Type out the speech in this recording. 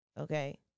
okay